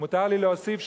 אם מותר לי להוסיף,